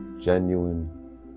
genuine